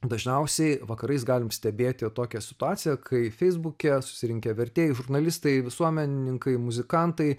dažniausiai vakarais galime stebėti tokią situaciją kai feisbuke susirinkę vertėjai žurnalistai visuomenininkai muzikantai